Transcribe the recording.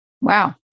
Wow